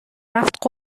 رفت